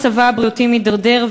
מצבה הבריאותי מידרדר,